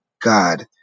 God